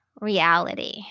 reality